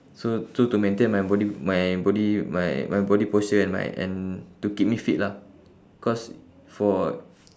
so so to maintain my body my body my my body posture and my and to keep me fit lah cause for